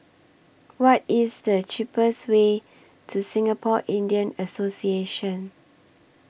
What IS The cheapest Way to Singapore Indian Association